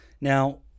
Now